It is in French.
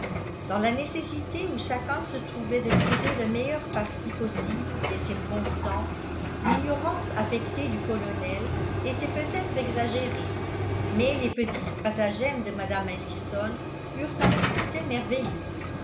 dans la nécessité où chacun se trouvait de tirer le meilleur parti possible des circonstances l'ignorance affectée du colonel était peut-être exagérée mais les petits stratagèmes de mme ellison eurent un succès merveilleux